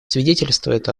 свидетельствует